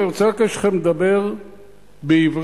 אני מבקש מכם לדבר בעברית,